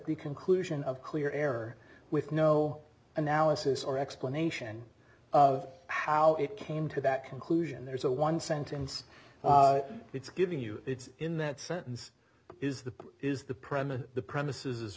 the conclusion of clear error with no analysis or explanation of how it came to that conclusion there's a one sentence it's giving you it's in that sentence is the is the premise of the premises as